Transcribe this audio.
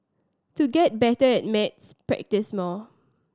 to get better at maths practise more